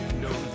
no